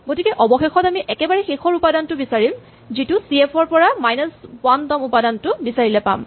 গতিকে অৱশেষত আমি একেবাৰে শেষৰ উপাদানটো বিচাৰিম যিটো চি এফ ৰ পৰা মাইনাচ ৱান তম উপাদানটো বিচাৰিলে পাম